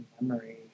memory